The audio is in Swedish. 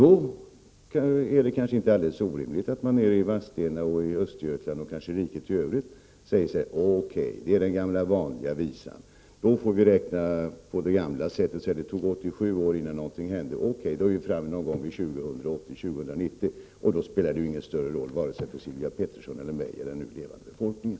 Då är det kanske inte helt orimligt att man i Vadstena, i Östergötland och kanske i riket i övrigt säger att det handlar om den gamla vanliga visan. Då får man räkna på det gamla sättet. Och det tog 87 år innan något hände. Det betyder att man är framme någonstans vid år 2080 eller 2090, och då spelar det ju inte någon större roll vare sig för Sylvia Pettersson eller mig eller den övriga nu levande befolkningen.